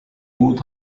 would